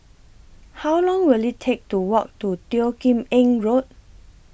How Long Will IT Take to Walk to Teo Kim Eng Road